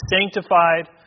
sanctified